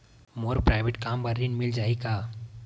मोर private कम बर ऋण मिल जाही का?